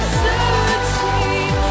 searching